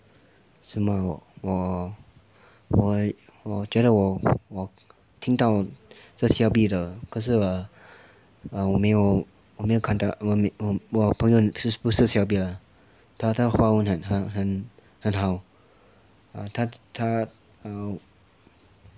什么我我我觉得我我听到这 C_L_B 的可是 err 我没有我没有看到我我朋友不是 C_L_B 的他他华文很很好 err 他他 err